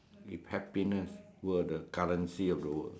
if happiness were the currency of the world